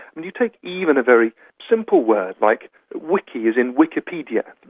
i mean, you take even a very simple word like wiki as in wikipedia,